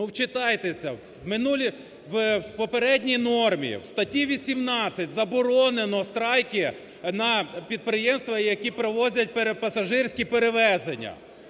вчитайтеся, в попередній нормі в статті 18 заборонено страйки на підприємствах, які провозять, пасажирські перевезення.